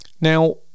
Now